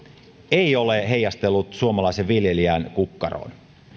ei ole heijastellut suomalaisen viljelijän kukkaroon